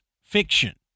fiction